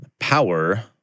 Power